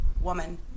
woman